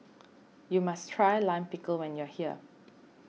you must try Lime Pickle when you are here